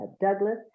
Douglas